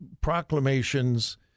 proclamations